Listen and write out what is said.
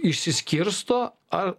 išsiskirsto ar